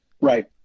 Right